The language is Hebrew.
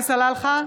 סלאלחה,